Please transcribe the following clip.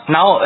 Now